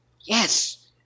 Yes